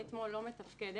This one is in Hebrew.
אני מאתמול לא מתפקדת.